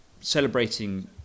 celebrating